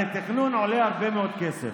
הרי תכנון עולה הרבה מאוד כסף.